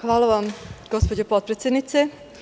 Hvala vam gospođo potpredsednice.